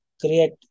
create